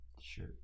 Sure